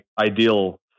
ideal